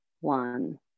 one